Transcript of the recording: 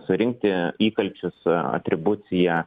surinkti įkalčius atribuciją